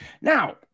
Now